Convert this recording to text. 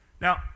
Now